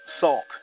salt